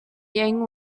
yang